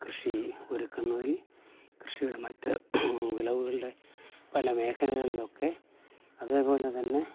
കൃഷി ഒരുക്കുന്നതിൽ കൃഷിയുടെ മറ്റ് വിളവുകളുടെ പല മേഖലകളിലൊക്കെ അതേപോലെ തന്നെ